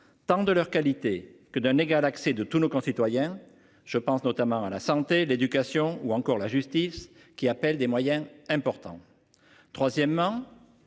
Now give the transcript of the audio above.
tant de leur qualité que d'un égal accès de tous nos concitoyens. Je pense notamment à la santé, l'éducation ou encore la justice qui appelle des moyens importants. Troisièmement.